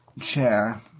chair